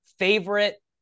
Favorite